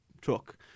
truck